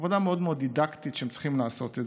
עבודה מאוד מאוד דידקטית שהם צריכים לעשות.